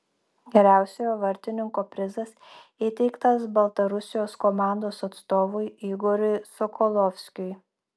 geriausiojo vartininko prizas įteiktas baltarusijos komandos atstovui igoriui sokolovskiui